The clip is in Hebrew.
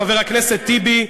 חבר הכנסת טיבי,